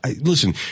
Listen